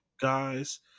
guys